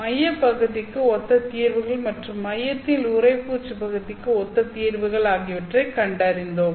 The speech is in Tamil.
மையப் பகுதிக்கு ஒத்த தீர்வுகள் மற்றும் மையத்தில் உறைப்பூச்சு பகுதிக்கு ஒத்த தீர்வுகள் ஆகியவற்றைக் கண்டறிந்தோம்